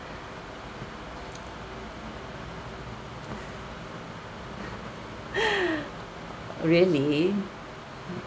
really